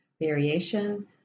variation